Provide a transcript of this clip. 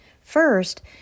First